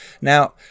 now